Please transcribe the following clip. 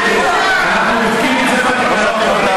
אנחנו בודקים את זה בתקנון.